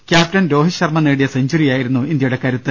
captain Rohit Sharma നേടിയ സെഞ്ചുറിയായിരുന്നു ഇന്ത്യയുടെ കരുത്ത്